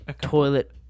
toilet